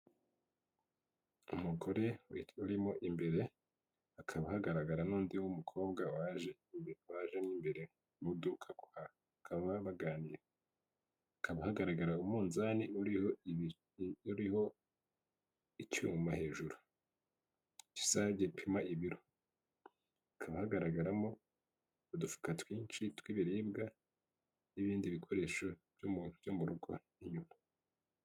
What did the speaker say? Umugore urimo imbere hakaba hagaragara n'undi mukobwa wajemo imbere mu iduka bakaba baganira, hakaba hagaragara umwunzani uriho ibiriho icyuma hejuru gisa gipima ibiro, hakaba hagaragaramo udufuka twinshi tw'ibiribwa n'ibindi bikoresho byo mu rugo inyuma.